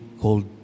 called